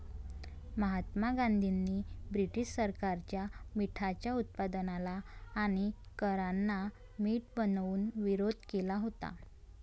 महात्मा गांधींनी ब्रिटीश सरकारच्या मिठाच्या उत्पादनाला आणि करांना मीठ बनवून विरोध केला होता